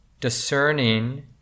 discerning